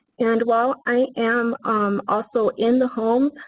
and while i am um also in the homes,